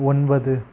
ஒன்பது